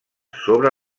sobre